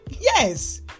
yes